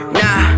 nah